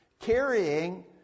carrying